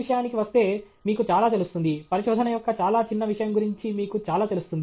విషయానికి వస్తే మీకు చాలా తెలుస్తుంది పరిశోధన యొక్క చాలా చిన్న విషయం గురించి మీకు చాలా తెలుస్తుంది